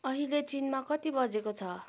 अहिले चीनमा कति बजेको छ